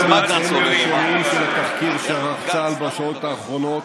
הממצאים הראשוניים של תחקיר שעשה צה"ל בשעות האחרונות,